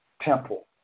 temple